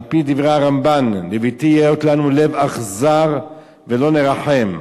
על-פי דברי הרמב"ן: "לבלתי היות לנו לב אכזר ולא נרחם".